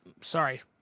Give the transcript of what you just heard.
sorry